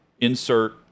insert